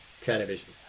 television